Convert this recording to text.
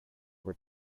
were